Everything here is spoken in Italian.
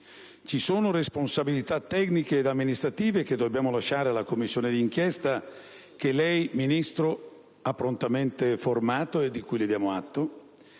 Vi sono responsabilità tecniche ed amministrative che dobbiamo lasciare alla commissione d'inchiesta che lei, signor Ministro, ha prontamente formato e di cui le diamo atto.